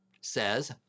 says